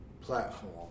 platform